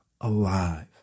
alive